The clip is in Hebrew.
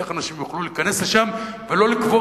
איך אנשים יוכלו להיכנס לשם ולא לקבור